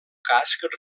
casc